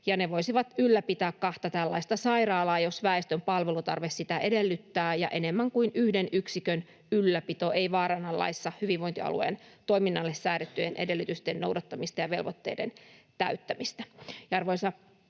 ne voisivat ylläpitää kahta tällaista sairaalaa, jos väestön palvelutarve sitä edellyttää ja enemmän kuin yhden yksikön ylläpito ei vaaranna laissa hyvinvointialueen toiminnalle säädettyjen edellytysten noudattamista ja velvoitteiden täyttämistä.